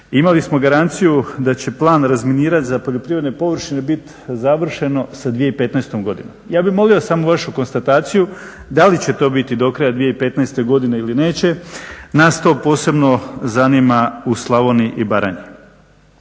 imali smo garanciju da će plan razminiranja za poljoprivredne površine biti završeno za 2015. godinom. Ja bih molio samo vašu konstataciju da li će to biti do kraja 2015. godine ili neće. Nas to posebno zanima u Slavoniji i Baranji.